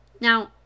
Now